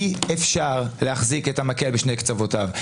אי אפשר להחזיק את המקל בשני קצותיו.